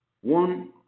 One